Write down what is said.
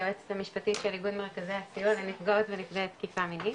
היועצת המשפטית של איגוד מרכזי הסיוע לנפגעות ונפגע תקיפה מינית.